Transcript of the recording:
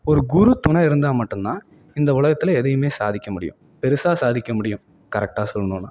ஒரு குரு துணை இருந்தா மட்டும்தான் இந்த உலகத்தில் எதையுமே சாதிக்க முடியும் பெருசாக சாதிக்க முடியும் கரெட்டாக சொல்லணுன்னா